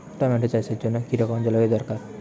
Tomato চাষের জন্য কি রকম জলবায়ু দরকার?